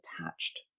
attached